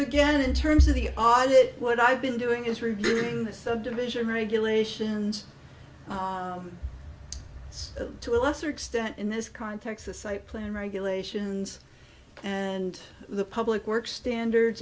again in terms of the odds it what i've been doing is removing the subdivision regulations to a lesser extent in this context the site plan regulations and the public works standards